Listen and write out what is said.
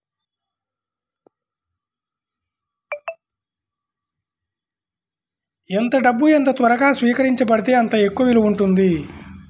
ఎంత డబ్బు ఎంత త్వరగా స్వీకరించబడితే అంత ఎక్కువ విలువ ఉంటుంది